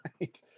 right